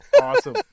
awesome